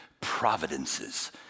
providences